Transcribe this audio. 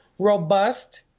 robust